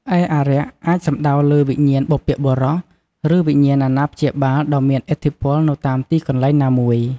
ឯ "អារក្ស" អាចសំដៅលើវិញ្ញាណបុព្វបុរស ឬវិញ្ញាណអាណាព្យាបាលដ៏មានឥទ្ធិពលនៅតាមទីកន្លែងណាមួយ។